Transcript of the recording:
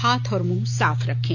हाथ और मुंह साफ रखें